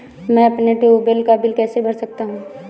मैं अपने ट्यूबवेल का बिल कैसे भर सकता हूँ?